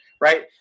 Right